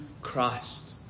Christ